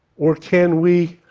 or can we,